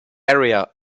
area